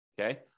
Okay